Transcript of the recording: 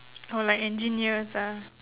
or like engineers ah